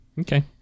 Okay